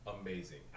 amazing